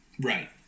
Right